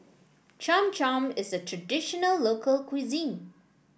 Cham Cham is a traditional local cuisine